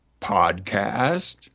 Podcast